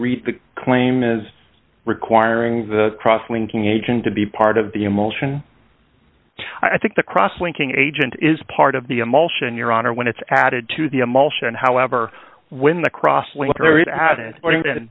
read the claim is requiring the cross linking agent to be part of the emotion i think the cross linking agent is part of the emotion your honor when it's added to the emotion however when the cross